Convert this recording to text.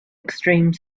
extreme